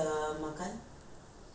so many people cooking